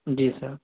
جی سر